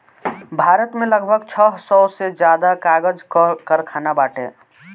भारत में लगभग छह सौ से ज्यादा कागज कअ कारखाना बाटे